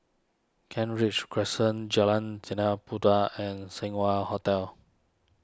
Kent Ridge Crescent Jalan Tanah Puteh and Seng Wah Hotel